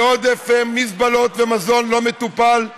מעודף מזבלות ומזון לא מטופל,